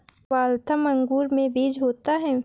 Waltham अंगूर में बीज होता है